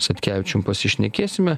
satkevičium pasišnekėsime